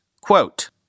Quote